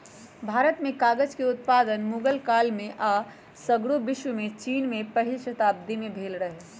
भारत में कागज उत्पादन मुगल काल में आऽ सग्रे विश्वमें चिन में पहिल शताब्दी में भेल रहै